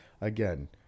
again